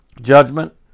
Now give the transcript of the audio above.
judgment